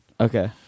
Okay